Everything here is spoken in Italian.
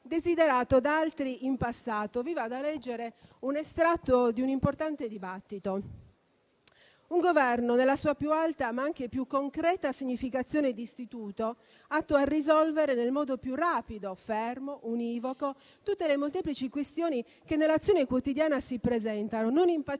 desiderato da altri in passato. Vi vado a leggere un estratto di un importante dibattito: «Un Governo nella sua più alta, ma anche più concreta significazione d'istituto, atto a risolvere nel modo più rapido, fermo, univoco tutte le molteplici questioni che nell'azione quotidiana si presentano, non impacciato